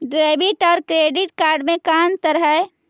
Debit और credit card में का अंतर है?